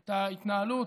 את ההתנהלות,